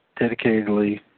dedicatedly